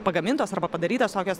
pagamintos arba padarytos tokios